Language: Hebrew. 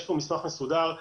יש פה מסמך מסודר,